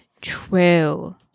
True